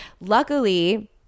Luckily